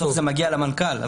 בסוף זה מגיע למנכ"ל,